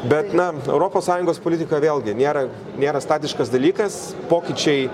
bet na europos sąjungos politika vėlgi nėra nėra statiškas dalykas pokyčiai